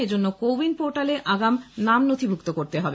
এজন্য CoWIN পোর্টালে আগাম নাম নথিভুক্ত করতে হবে